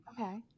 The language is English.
Okay